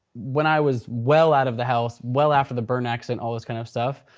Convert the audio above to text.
when i was well out of the house, well after the burn accident, all this kind of stuff,